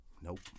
Nope